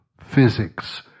physics